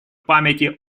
памяти